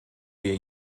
wir